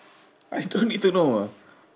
I don't need to know ah